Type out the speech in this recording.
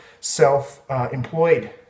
self-employed